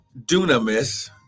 dunamis